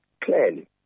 clearly